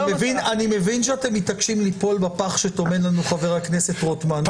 אני מבין שאתם מתעקשים ליפול בפח שטומן לנו חבר הכנסת רוטמן.